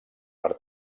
per